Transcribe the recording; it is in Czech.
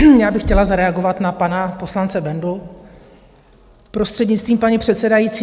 Já bych chtěla zareagovat na pana poslance Bendu, prostřednictvím paní předsedající.